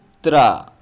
कुत्रा